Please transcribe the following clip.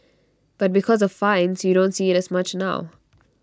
but because of fines you don't see IT as much now